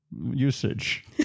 usage